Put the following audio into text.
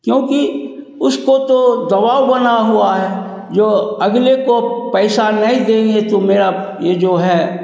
क्योंकि उसको तो दबाव बना हुआ है जो अगले को पैसा नहीं देंगे तो मेरा यह जो है